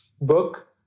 book